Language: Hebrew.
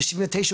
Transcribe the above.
ב-1979,